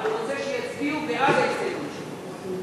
אבל הוא רוצה שיצביעו בעד ההסתייגות שלו.